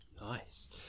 nice